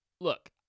look